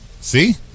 See